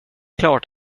klart